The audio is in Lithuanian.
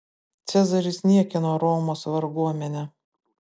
cezaris niekino romos varguomenę